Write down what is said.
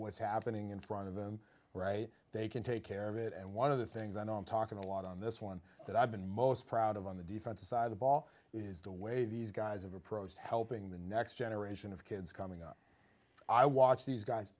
what's happening in front of them right they can take care of it and one of the things i know i'm talking a lot on this one that i've been most proud of on the defensive side of the ball is the way these guys have approached helping the next generation of kids coming up i watch these guys